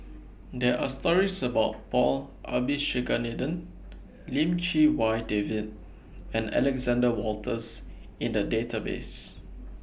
There Are stories about Paul Abisheganaden Lim Chee Wai David and Alexander Wolters in The Database